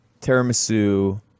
tiramisu